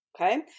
Okay